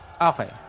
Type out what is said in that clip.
okay